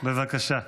בבקשה.